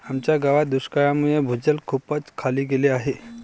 आमच्या गावात दुष्काळामुळे भूजल खूपच खाली गेले आहे